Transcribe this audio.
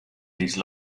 these